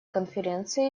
конференции